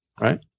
Right